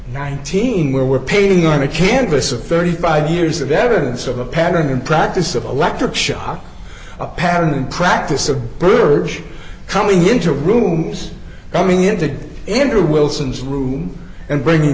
nineteen where we're painting on a canvas of thirty five years of evidence of a pattern and practice of electric shock a pattern and practice of birch coming into rooms coming in to get into wilson's room and bringing